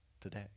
today